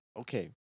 Okay